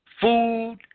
food